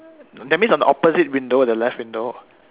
that means on the opposite window the left window